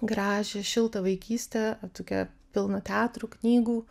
gražią šiltą vaikystę tokią pilną teatrų knygų